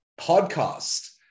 podcast